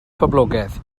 poblogaidd